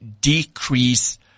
decrease